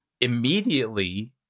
immediately